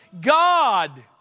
God